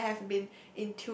I have been